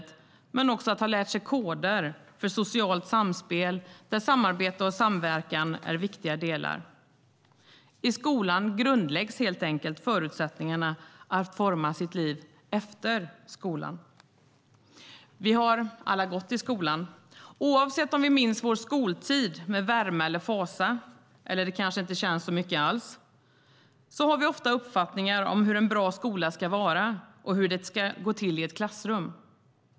Det handlar också om att ha lärt sig koder för socialt samspel där samarbete och samverkan är viktiga delar. I skolan grundläggs helt enkelt förutsättningarna att forma sitt liv efter skolan. Vi har alla gått i skolan. Oavsett om vi minns vår skoltid med värme eller fasa -, eller det kanske inte känns så mycket alls - har vi ofta uppfattningar om hur en bra skola ska vara och hur det ska gå till i ett klassrum.